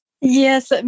yes